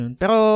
pero